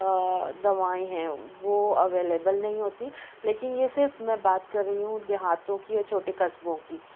دوائیں ہیں وہ اویلیبل نہیں ہوتیں لیکن یہ صرف میں بات کر رہی ہوں دیہاتوں کی یا چھوٹے قصبوں کی